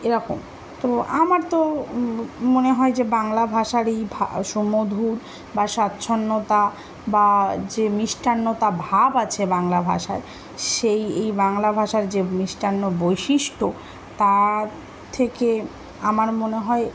এরকম তো আমার তো মনে হয় যে বাংলা ভাষার এই ভা সুমধুর বা স্বাচ্ছ্যন্দতা বা যে মিষ্টতা ভাব আছে বাংলা ভাষায় সেই এই বাংলা ভাষার যে মিষ্টান্ন বৈশিষ্ট্য তার থেকে আমার মনে হয়